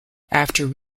after